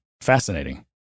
fascinating